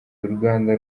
uruganda